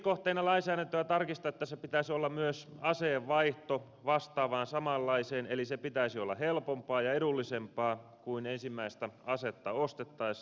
kehityskohteena lainsäädäntöä tarkistettaessa pitäisi olla myös aseen vaihto vastaavaan samanlaiseen eli sen pitäisi olla helpompaa ja edullisempaa kuin ensimmäistä asetta ostettaessa